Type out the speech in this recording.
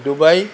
Dubai